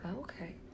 Okay